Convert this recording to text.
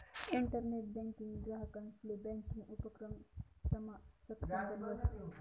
internet banking ग्राहकंसले banking उपक्रमसमा सक्षम बनावस